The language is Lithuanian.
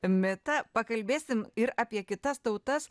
mitą pakalbėsim ir apie kitas tautas